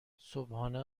صبحانه